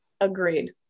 Agreed